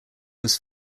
was